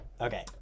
Okay